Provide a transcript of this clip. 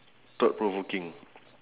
thought provoking